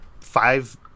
five